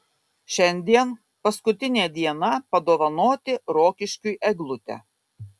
šiandien paskutinė diena padovanoti rokiškiui eglutę